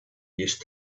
used